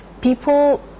People